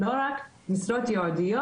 לא רק משרות ייעודיות.